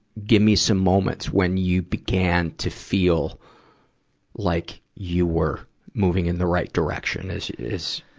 give me some moments when you began to feel like you were moving in the right direction as, as,